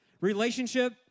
Relationship